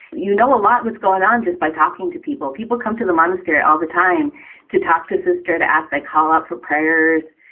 you know, a lot was going on just by talking to people. people come to the monastery all the time to talk to sister, to ask. they call up for prayers.